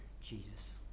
Jesus